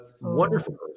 wonderful